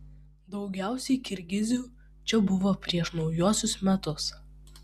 daugiausiai kirgizių čia buvo prieš naujuosius metus